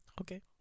Okay